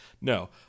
No